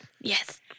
Yes